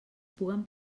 puguen